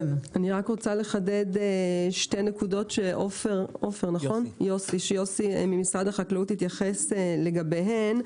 אני רק רוצה לחדד שתי נקודות שיוסי ממשרד החקלאות התייחס לגביהן.